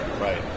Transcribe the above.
Right